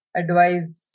advice